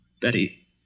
Betty